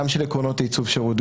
גם של עקרונות עיצוב השירות,